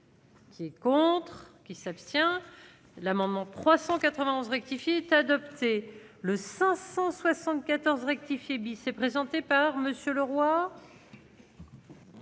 Qui et contre qui. S'abstient l'amendement 391 rectifié est adopté le 574 rectifié bis et présenté par Monsieur Leroy.